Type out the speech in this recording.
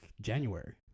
January